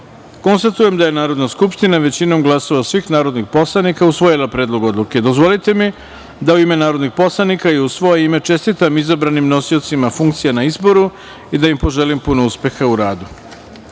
jedan. Konstatujem da je Narodna skupština većinom glasova svih narodnih poslanika usvojila Predlog odluke. Dozvolite mi da u ime narodnih poslanika i u svoje ime, čestitam izabranim nosiocima funkcija na izboru i da im poželim puno uspeha u